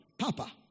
Papa